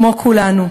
כמו כולנו,